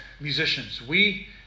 musicians—we